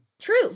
True